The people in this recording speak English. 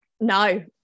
No